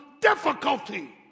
difficulty